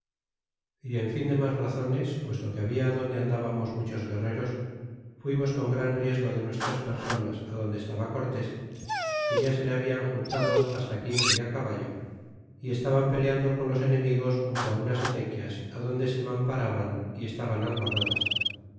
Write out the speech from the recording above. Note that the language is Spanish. y en fin de mas razones puesto que habia adonde andábamos muchos guerreros fuimos con gran riesgo de nuestras personas adonde estaba cortés que ya se le hablan juntado hasta quince de caballo y estaban peleando con los enemigos junto á unas acequias adonde se mamparaban y estaban albarradas